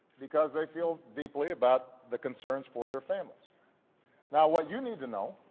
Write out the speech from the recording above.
because they feel deeply about the concerns for their families now what you need to know